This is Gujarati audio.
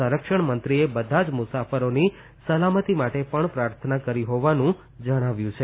સંરક્ષણ મંત્રીએ બધા જ મુસાફરોની સલામતી માટે પણ પ્રાર્થના કરી હોવાનું જણાવ્યું છે